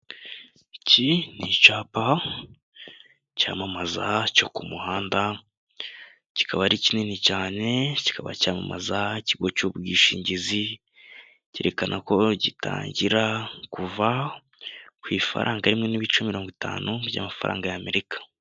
Iki ni icyapa cyamamaza cyo ku muhanda, kikaba ari kinini cyane, kikaba cyamamaza ikigo cy'ubwishingizi, cyerekana ko gitangira kuva ku ifaranga rimwe n'ibice mirongo itanu by'amafaranga y'Amerika.